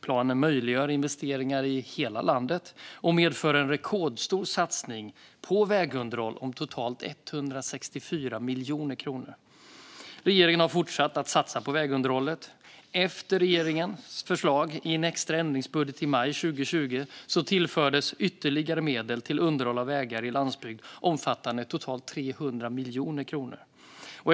Planen möjliggör investeringar i hela landet och medför en rekordstor satsning på vägunderhåll om totalt 164 miljarder kronor. Regeringen har fortsatt att satsa på vägunderhållet. Efter regeringens förslag i en extra ändringsbudget i maj 2020 tillfördes ytterligare medel till underhåll av vägar i landsbygd omfattande totalt 300 miljoner kronor.